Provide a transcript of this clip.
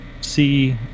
see